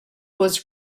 was